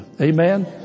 Amen